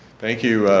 thank you.